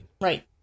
Right